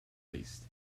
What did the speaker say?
least